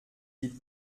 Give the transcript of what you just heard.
die